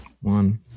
One